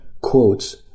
quotes